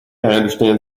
understand